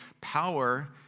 power